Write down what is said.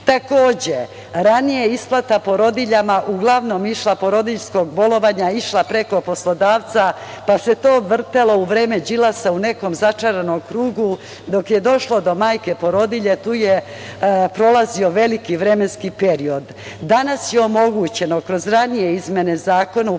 ranije je isplata porodiljskog bolovanja porodiljama uglavnom išla preko poslodavca, pa se to vrtelo u vreme Đilasa u nekom začaranom krugu. Dok je došlo do majke porodilje, tu je prolazio veliki vremenski period. Danas je omogućeno, kroz ranije izmene zakona,